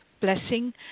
blessing